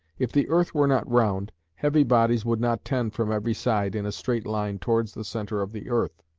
if the earth were not round, heavy bodies would not tend from every side in a straight line towards the centre of the earth,